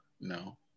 No